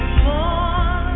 more